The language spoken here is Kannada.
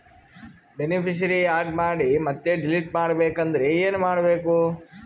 ಬೆನಿಫಿಶರೀ, ಆ್ಯಡ್ ಮಾಡಿ ಮತ್ತೆ ಡಿಲೀಟ್ ಮಾಡಬೇಕೆಂದರೆ ಏನ್ ಮಾಡಬೇಕು?